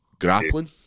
grappling